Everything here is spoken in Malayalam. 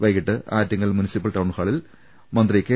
വൈകിട്ട് ആറ്റിങ്ങൽ മുൻസി പ്പൽ ടൌൺഹാളിൽ മന്ത്രി കെ